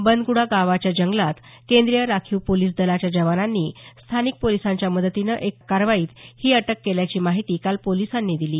बंद्गुडा गावच्या जंगलात केंद्रीय राखीव पोलिस दलाच्या जवानांनी स्थानिक पोलिसांच्या मदतीनं एक कारवाईत ही अटक केल्याची माहिती काल पोलिसांनी दिली